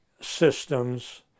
Systems